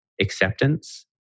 acceptance